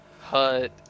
hut